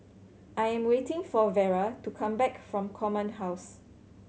I'm waiting for Vera to come back from Command House